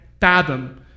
fathom